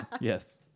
Yes